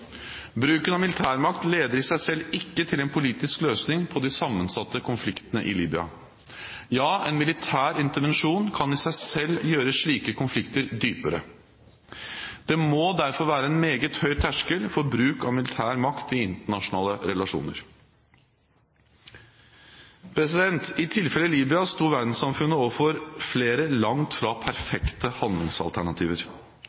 Bruken av militær makt leder i seg selv ikke til en politisk løsning på de sammensatte konfliktene i Libya. Ja, en militær intervensjon kan i seg selv gjøre slike konflikter dypere. Det må derfor være en meget høy terskel for bruk av militær makt i internasjonale relasjoner. I tilfellet Libya sto verdenssamfunnet overfor flere langt fra